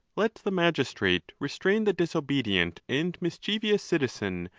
let the magistrate restrain the disobedient and mischievous citizen,